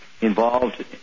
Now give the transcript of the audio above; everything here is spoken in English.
involved